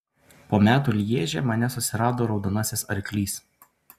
po metų lježe mane susirado raudonasis arklys